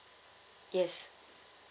yes